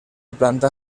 planta